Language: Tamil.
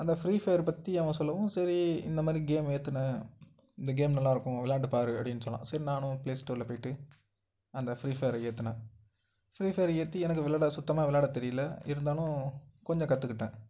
அந்த ஃப்ரீ ஃபயர் பற்றி அவன் சொல்லவும் சரி இந்த மாதிரி கேம் ஏற்றினேன் இந்த கேம் நல்லா இருக்கும் விளாண்டு பாரு அப்படின்னு சொன்னான் சரி நானும் ப்ளே ஸ்டோரில் போயிட்டு அந்த ஃப்ரீ ஃபயரை ஏற்றுனேன் ஃப்ரீ ஃபயர் ஏற்றி எனக்கு விளாட சுத்தமாக விளாட தெரியல இருந்தாலும் கொஞ்சம் கற்றுக்கிட்டேன்